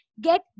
get